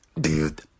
Dude